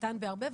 קטן בהרבה,